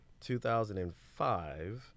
2005